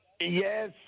Yes